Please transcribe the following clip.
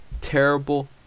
terrible